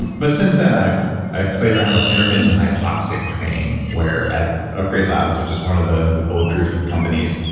and but since then, i've i've played around with intermittent hypoxic training where at upgrade labs, which is one of the the bulletproof companies,